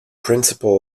principal